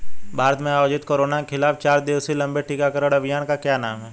भारत में आयोजित कोरोना के खिलाफ चार दिवसीय लंबे टीकाकरण अभियान का क्या नाम है?